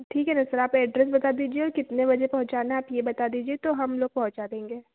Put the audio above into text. ठीक है ना सर आप एड्रेस बता दीजिए और कितने बजे पहुँचाना है आप यह बता दीजिए तो हम लोग पहुँचा देंगे